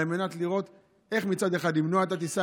מנת לראות איך מצד אחד למנוע את הטיסה,